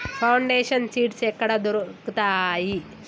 Foundation seeds ఎక్కడ దొరుకుతాయి?